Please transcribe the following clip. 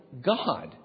God